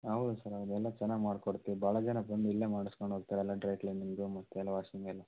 ಹೌದು ಸರ್ ಹೌದು ಎಲ್ಲ ಚೆನ್ನಾಗಿ ಮಾಡ್ಕೊಡ್ತೀವಿ ಭಾಳ ಜನ ಬಂದು ಇಲ್ಲೆ ಮಾಡಸ್ಕೊಂಡು ಹೋಗ್ತಾರೆ ಎಲ್ಲ ಡ್ರೈ ಕ್ಲೀನಿಂಗು ಮತ್ತೆಲ್ಲ ವಾಷಿಂಗೆಲ್ಲ